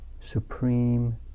supreme